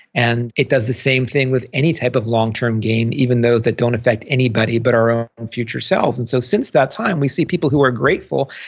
and it does the same thing with any type of longterm gain, even though they don't affect anybody but our own future selves and so since that time, we see people who are grateful,